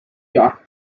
york